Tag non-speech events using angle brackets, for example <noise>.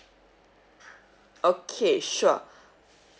okay sure <breath>